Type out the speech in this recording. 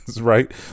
right